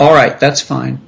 all right that's fine